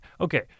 okay